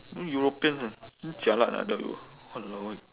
then europeans ah damn jialat ah I tell you !walao! eh